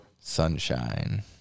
sunshine